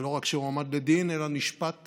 ולא רק שהוא הועמד לדין אלא נשפט